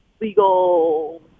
legal